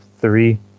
three